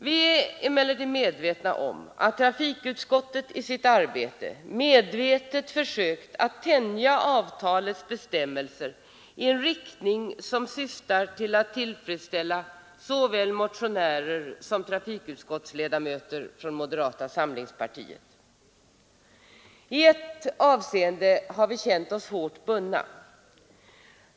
Vi är emellertid medvetna om att trafikutskottet i sitt arbete försökt att tänja avtalets bestämmelser i en riktning som syftar till att tillfredsställa såväl motionärer som trafikutskottets ledamöter från moderata samlingspartiet. I ett avseende har vi känt oss hårt bundna.